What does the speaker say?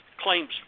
claims